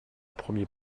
premier